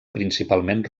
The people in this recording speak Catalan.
principalment